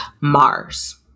Mars